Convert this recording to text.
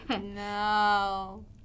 No